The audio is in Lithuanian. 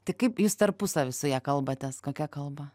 tai kaip jūs tarpusavy su ja kalbatės kokia kalba